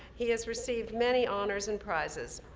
he has received many honors and prizes,